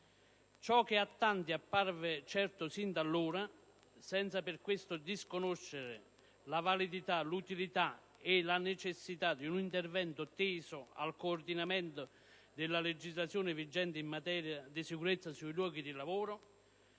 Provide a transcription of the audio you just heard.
Ciò che a tanti apparve certo fin da allora - senza per questo disconoscere la validità, l'utilità e la necessità di un intervento teso al coordinamento della legislazione vigente in materia di sicurezza sui luoghi di lavoro